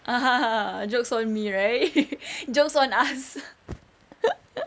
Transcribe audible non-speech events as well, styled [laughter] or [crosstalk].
ha ha ha ha jokes on me right [laughs] jokes on us [laughs]